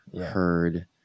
heard